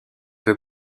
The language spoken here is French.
peu